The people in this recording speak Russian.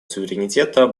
суверенитета